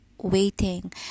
waiting